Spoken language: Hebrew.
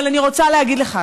אבל אני רוצה להגיד לך,